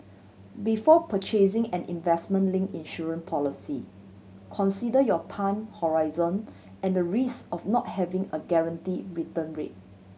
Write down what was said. before purchasing an investment link insurance policy consider your time horizon and the risk of not having a guarantee return rate